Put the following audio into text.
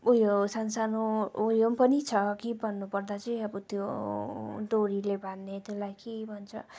उयो सानसानो उयो पनि छ के भन्नुपर्दा चाहिँ अब त्यो डोरीले बाँध्ने त्यसलाई के भन्छ